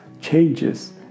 changes